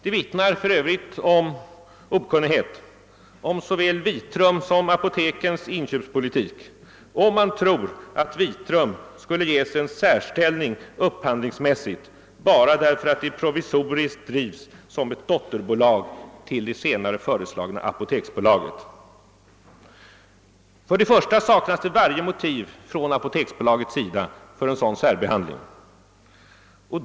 Det vittnar för övrigt om okunnighet om såväl Vitrum som apotekens inköpspolitik om man tror att åt Vitrum skulle ges en särställning upphandlingsmässigt därför att det provisoriskt drivs som ett dotterbolag till det senare föreslagna apoteksbolaget. Apoteksbolaget saknar varje motiv för en sådan särbehandling.